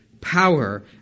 power